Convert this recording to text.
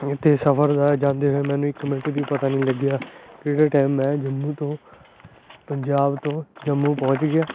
ਜਿੱਥੇ ਸਫਰ ਦਾ ਜਾਂਦੇ ਹੋਏ ਮੈਨੂੰ ਇੱਕ ਮਿੰਟ ਵੀ ਪਤਾ ਨਹੀਂ ਲੱਗਿਆ ਕਿਹੜੇ ਟਾਈਮ ਮੈਂ ਜੰਮੂ ਤੋਂ ਪੰਜਾਬ ਤੋਂ ਜੰਮੂ ਪਹੁੰਚ ਗਿਆ